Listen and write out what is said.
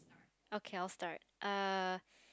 okay I'll start ah